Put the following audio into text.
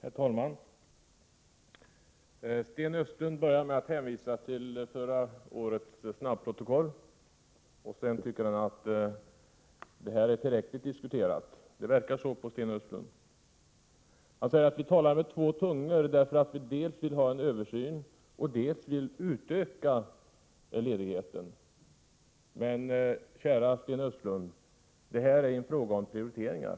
Herr talman! Sten Östlund började med att hänvisa till förra årets snabbprotokoll. Det verkade som om han sedan tyckte att saken var tillräckligt diskuterad. Sten Östlund säger att vi talar med dubbla tungor när vi dels vill ha en översyn, dels vill utöka ledigheten. Men, käre Sten Östlund, det här är en fråga om prioriteringar.